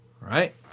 right